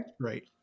Right